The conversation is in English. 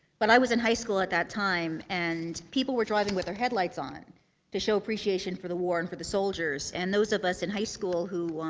but i was in high school at that time, and people were driving with their headlights on to show appreciation for the war and for the soldiers. and those of us in high school who, um,